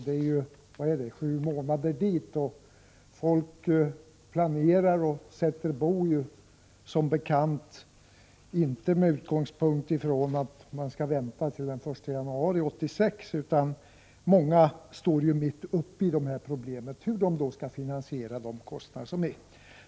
Det är sju månader dit, och som bekant gör inte folk så, att man planerar och sätter bo med den utgångspunkten att de skall vänta till den 1 januari 1986. Många står mitt uppe i problemet hur de skall finansiera sin bosättning.